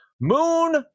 Moon